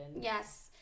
Yes